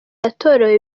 yatorewe